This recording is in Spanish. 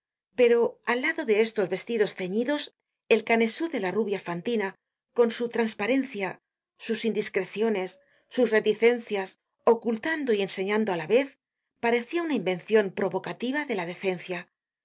pero al lado de estos vestidos ceñidos el canesú de la rubia fantina con su trasparencia sus indiscreciones sus reticencias ocultando y enseñando á la vez parecia una invención provocativa de la decencia la